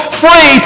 free